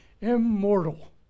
immortal